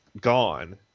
gone